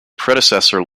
predecessor